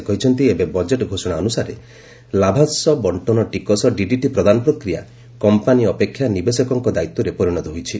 ସେ କହିଛନ୍ତି ଏବେ ବଜେଟ୍ ଘୋଷଣା ଅନୁସାରେ ଲାଭାଂଶ ବଣ୍ଟନ ଟିକସ ଡିଡିଟି ପ୍ରଦାନ ପ୍ରକ୍ରିୟା କମ୍ପାନୀ ଅପେକ୍ଷା ନିବେଶକଙ୍କ ଦାୟିତ୍ୱରେ ପରିଣତ ହୋଇଛି